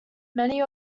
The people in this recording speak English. many